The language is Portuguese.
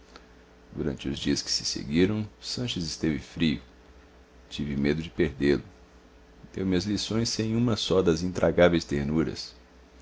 durante os dias que se seguiram sanches esteve frio tive medo de perdê lo deu-me as lições sem uma só das intragáveis ternuras